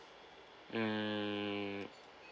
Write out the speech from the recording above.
mm